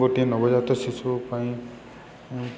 ଗୋଟିଏ ନବଜାତ ଶିଶୁ ପାଇଁ